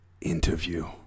interview